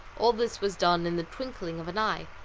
all this was done in the twinkling of an eye.